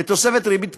לתוספת ריבית פיגורים.